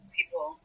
people